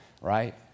right